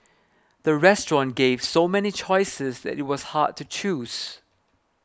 the restaurant gave so many choices that it was hard to choose